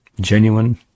genuine